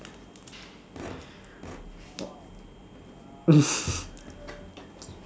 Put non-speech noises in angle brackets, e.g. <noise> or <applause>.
<laughs>